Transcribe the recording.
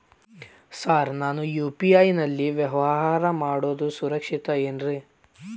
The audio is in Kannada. ಸರ್ ನಾನು ಯು.ಪಿ.ಐ ನಲ್ಲಿ ವ್ಯವಹಾರ ಮಾಡೋದು ಸುರಕ್ಷಿತ ಏನ್ರಿ?